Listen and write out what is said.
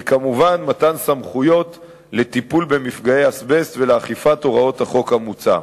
וכמובן מתן סמכויות לטיפול במפגעי אזבסט ולאכיפת הוראות החוק המוצע.